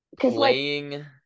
playing